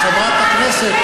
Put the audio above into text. חברת הכנסת,